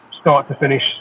start-to-finish